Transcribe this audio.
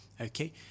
okay